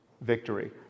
victory